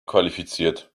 qualifiziert